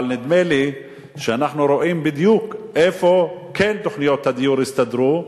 אבל נדמה לי שאנחנו רואים בדיוק איפה תוכניות הדיור כן הסתדרו.